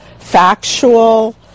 factual